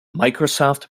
microsoft